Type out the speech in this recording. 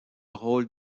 rôle